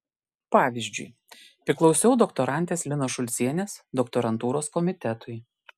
pavyzdžiui priklausiau doktorantės linos šulcienės doktorantūros komitetui